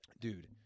Dude